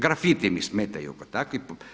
Grafiti me smetaju kao takvi.